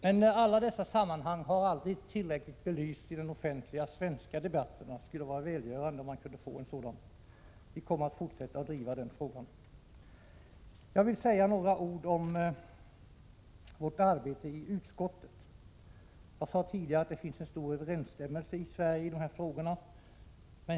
Men alla dessa sammanhang har aldrig tillräckligt belysts i den offentliga svenska debatten, och det skulle vara välgörande om man kunde få en sådan belysning. Vi kommer att fortsätta att driva den frågan. Jag vill säga några ord om vårt arbete i utskottet. Jag sade tidigare att det finns en stor överensstämmelse i Sverige i de här frågorna.